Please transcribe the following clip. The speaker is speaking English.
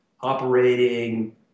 operating